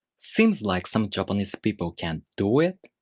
seems like some japanese people can't do it.